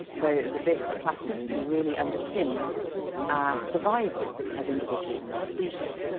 so this plasticity really underpins our survival as individuals and our species.